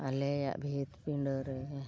ᱟᱞᱮᱭᱟᱜ ᱵᱷᱤᱛ ᱯᱤᱸᱰᱟᱹ ᱨᱮ